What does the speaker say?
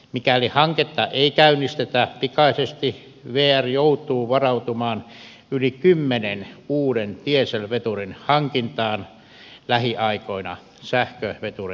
mikäli hanketta ei käynnistetä pikaisesti vr joutuu varautumaan yli kymmenen uuden dieselveturin hankintaan lähiaikoina sähkövetureitten sijaan